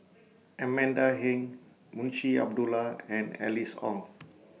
Amanda Heng Munshi Abdullah and Alice Ong